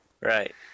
Right